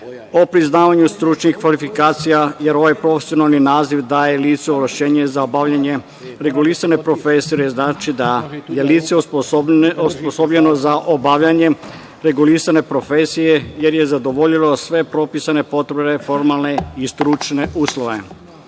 Opis davanju stručnih kvalifikacija, jer ovaj profesionalni naziv daje licu ovlašćenje za bavljenje regulisane profesije jer znači da je lice osposobljeno za obavljanje regulisane profesije, jer je zadovoljio sve propisane potrebne, formalne i stručne uslove. Srpska